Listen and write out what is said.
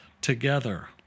together